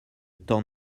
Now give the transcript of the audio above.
temps